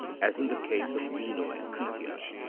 as in the case of meno and critias.